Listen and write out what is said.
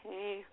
Hey